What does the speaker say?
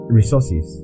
resources